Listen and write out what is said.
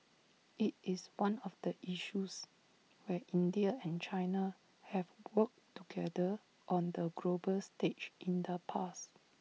IT is one of the issues where India and China have worked together on the global stage in the past